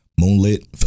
Moonlit